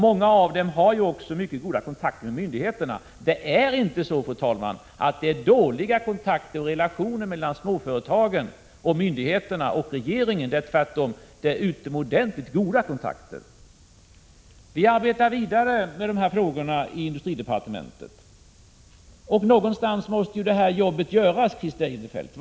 Många av företagen har ju också mycket goda kontakter med myndigheterna. Kontakterna och relationerna mellan å ena sidan småföretagen och å andra sidan myndigheterna och regeringen är inte dåliga, fru talman. Det är tvärtom fråga om utomordentligt goda kontakter. Vi arbetar vidare med dessa frågor i industridepartementet. Någonstans måste ju det här jobbet göras, Christer Eirefelt.